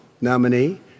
nominee